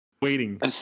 Waiting